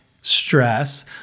stress